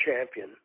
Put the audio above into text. Champion